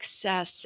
success